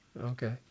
Okay